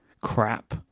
crap